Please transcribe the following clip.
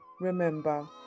remember